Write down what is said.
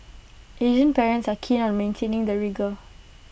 Asian parents are keen on maintaining the rigour